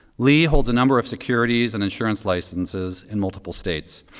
lee holds a number of securities and insurance licenses in multiple states.